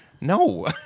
No